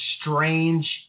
strange